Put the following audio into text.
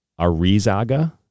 Arizaga